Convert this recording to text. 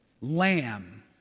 lamb